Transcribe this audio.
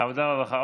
העבודה והרווחה.